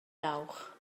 dawch